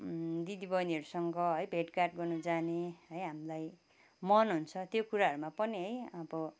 दिदी बहिनीहरूसँग है भेटघाट गर्नु जाने है हामीलाई मन हुन्छ त्यो कुराहरूमा पनि है अब